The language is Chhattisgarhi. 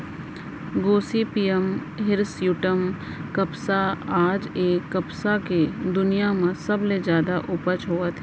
गोसिपीयम हिरस्यूटॅम कपसा आज ए कपसा के दुनिया म सबले जादा उपज होवत हे